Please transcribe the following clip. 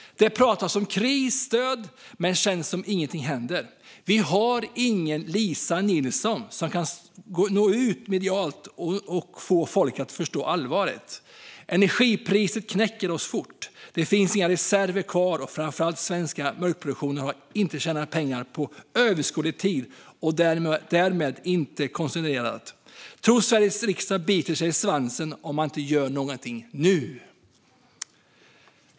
Det pratas om krisstöd men känns som ingenting händer. Vi har ingen "Lisa Nilsson" som kan nå ut medialt och få folk att förstå allvaret. Energipriset knäcker oss fort. Det finns inga reserver kvar, och framför allt svensk mjölkproduktion har inte tjänat pengar på överskådlig tid och därmed inte konsoliderat. Tror Sveriges riksdag biter sig i svansen om man inte gör någonting nu!